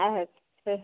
अच्छा